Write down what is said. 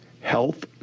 health